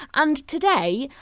and today,